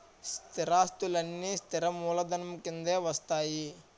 స్థిరాస్తులన్నీ స్థిర మూలధనం కిందే వస్తాయి